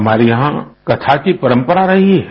हमारे यहाँ कथा की परंपरा रही है